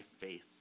faith